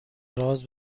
راز